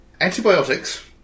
antibiotics